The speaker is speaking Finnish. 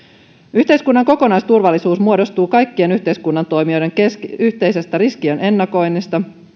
yhteiskunnan kokonaisturvallisuus muodostuu kaikkien yhteiskunnan toimijoiden yhteisestä riskien ennakoinnista